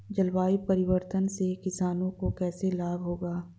जलवायु परिवर्तन से किसानों को कैसे लाभ होगा?